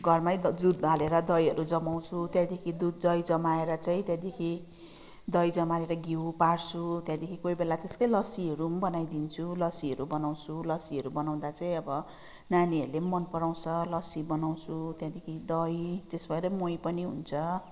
घरमै द दुध हालेर दहीहरू जमाउँछु त्यहाँदेखि दुध दही जमाएर चाहिँ त्यहाँदेखि दही जमारेर घिउ पार्छु त्यहाँदेखि कोही बेला त्यसकै लस्सीहरू पनि बनाइदिन्छु लस्सीहरू बनाउँछु लस्सीहरू बनाउँदा चाहिँ अब नानीहरूले पनि मनपराउँछ लस्सी बनाउँछु त्यहाँदेखि दही त्यसबाटै मही पनि हुन्छ